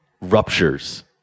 ruptures